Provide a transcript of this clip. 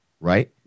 right